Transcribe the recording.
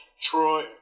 Troy